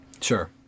sure